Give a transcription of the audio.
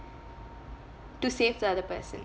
to save the other person